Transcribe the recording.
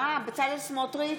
בצלאל סמוטריץ'